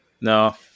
No